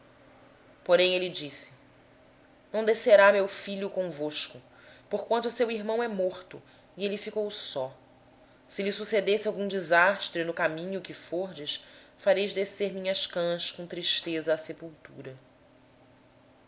porém disse não descerá meu filho convosco porquanto o seu irmão é morto e só ele ficou se lhe suceder algum desastre pelo caminho em que fordes fareis descer minhas cãs com tristeza ao seol